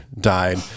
died